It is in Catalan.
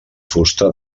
fusta